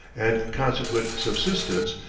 and consequent subsistence,